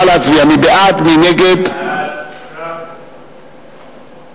סעיף 1, כהצעת הוועדה,